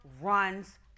runs